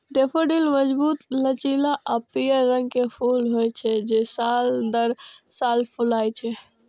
daffodil मजबूत, लचीला आ पीयर रंग के फूल होइ छै, जे साल दर साल फुलाय छै